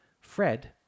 Fred